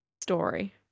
story